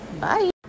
Bye